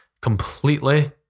completely